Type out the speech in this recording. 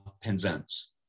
Penzance